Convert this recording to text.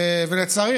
לצערי,